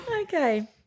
Okay